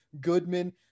goodman